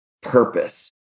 purpose